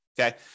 Okay